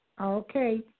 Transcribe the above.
Okay